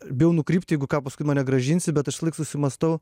bijau nukrypti jeigu ką paskui mane grąžinsi bet visąlaik susimąstau